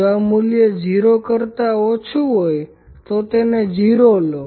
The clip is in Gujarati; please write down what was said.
જો આ મૂલ્ય 0 કરતા ઓછું હોય તો તેને 0 લો